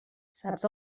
saps